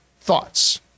thoughts